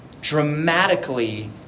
dramatically